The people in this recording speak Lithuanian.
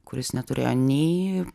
kuris neturėjo nei